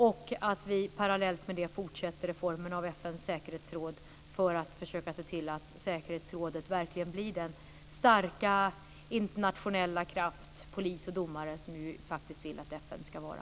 Det är viktigt att vi parallellt med det fortsätter reformen av FN:s säkerhetsråd för att försöka se till att säkerhetsrådet verkligen blir den starka internationella kraft, polis och domare som vi vill att FN ska vara.